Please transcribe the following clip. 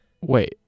Wait